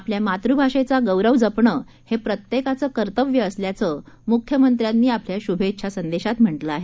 आपल्या मातृभाषेचा गौरव जपण हे प्रत्येकाचं कर्तव्य असल्याचं मुख्यमंत्र्यांनी आपल्या शुभेच्छा संदेशात म्हटलं आहे